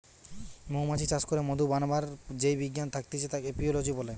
মৌমাছি চাষ করে মধু বানাবার যেই বিজ্ঞান থাকতিছে এপিওলোজি বলে